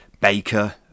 Baker